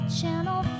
channel